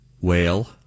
Whale